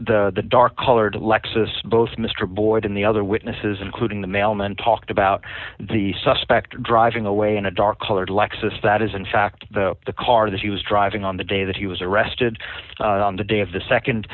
the dark colored lexus both mr boyd and the other witnesses including the mailman talked about the suspect driving away in a dark colored lexus that is in fact the car that he was driving on the day that he was arrested on the day of the